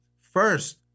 first